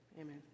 amen